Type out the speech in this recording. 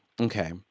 okay